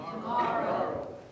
tomorrow